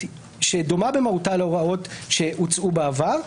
דומה במהותה להוראות שהוצעו בעבר,